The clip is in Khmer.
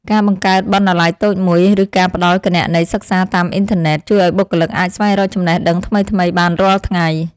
ការបង្កើតបណ្ណាល័យតូចមួយឬការផ្ដល់គណនីសិក្សាតាមអ៊ីនធឺណិត ជួយឱ្យបុគ្គលិកអាចស្វែងរកចំណេះដឹងថ្មីៗបានរាល់ថ្ងៃ។